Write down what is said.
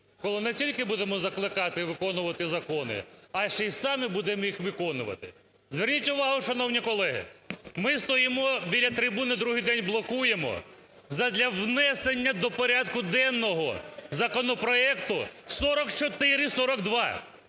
коли не тільки будемо закликати виконувати закони, а ще і самі будемо їх виконувати. Зверніть увагу, шановні колеги, ми стоїмо біля трибуни, другий день блокуємо, задля внесення до порядку денного законопроекту 4442.